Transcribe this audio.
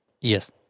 Yes